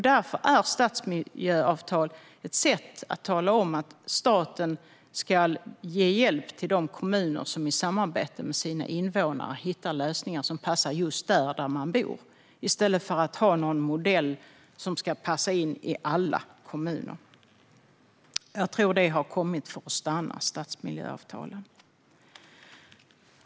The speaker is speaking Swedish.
Därför är stadsmiljöavtal ett sätt att tala om att staten ska ge hjälp till de kommuner som i samarbete med sina invånare hittar lösningar som passar just platsen där man bor i stället för att ha någon modell som ska passa in i alla kommuner. Jag tror att stadsmiljöavtalen har kommit för att stanna.